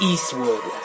Eastwood